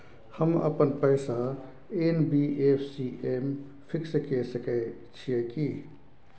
हम अपन पैसा एन.बी.एफ.सी म फिक्स के सके छियै की?